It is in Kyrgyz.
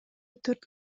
төрт